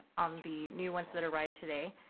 on the new ones that arrived today.